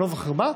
אני לא זוכר מה,